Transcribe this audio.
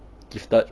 gifted